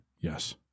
Yes